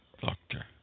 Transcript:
doctor